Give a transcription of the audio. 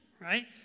right